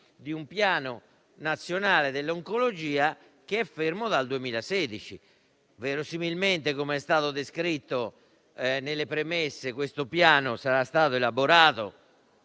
di un Piano nazionale dell'oncologia fermo dal 2016. Verosimilmente - come è stato descritto nelle premesse - questo piano sarà stato elaborato,